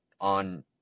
on